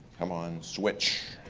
come on, switch.